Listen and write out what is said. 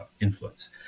influence